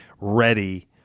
ready